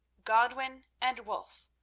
godwin and wulf,